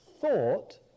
thought